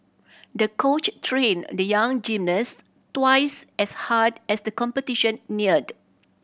the coach trained the young gymnast twice as hard as the competition neared